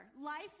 Life